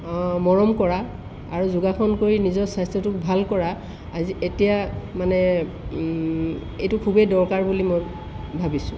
মৰম কৰা আৰু যোগাসন কৰি নিজৰ স্বাস্থ্যটোক ভাল কৰা আজি এতিয়া মানে এইটো খুবেই দৰকাৰ বুলি মই ভাবিছোঁ